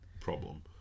problem